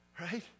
Right